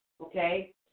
Okay